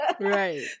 Right